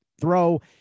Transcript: throw